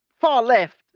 far-left